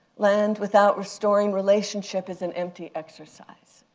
land without restoring relationship is an empty exercise.